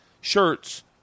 shirts